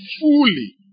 fully